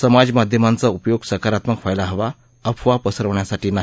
समाज माध्यमांचा उपयोग सकारात्मक व्हायला हवा अफवा पसरवण्यासाठी नाही